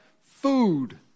food